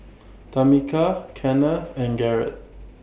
Tamica Kennth and Garret